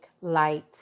light